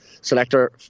selector